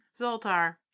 Zoltar